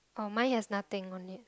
oh mine has nothing on it